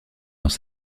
dans